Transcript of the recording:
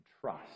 trust